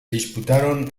disputaron